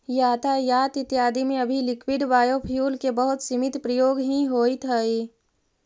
यातायात इत्यादि में अभी लिक्विड बायोफ्यूल के बहुत सीमित प्रयोग ही होइत हई